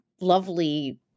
lovely